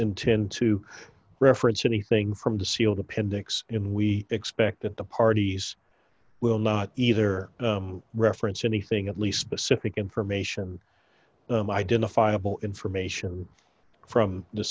intend to reference anything from the sealed appendix in we expect that the parties will not either reference anything at least specific information identifiable information from the